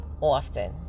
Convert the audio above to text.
often